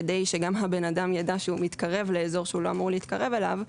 כדי שגם הבן אדם יידע שהוא מתקרב לאזור שהוא לא אמור להתקרב אליו,